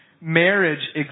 marriage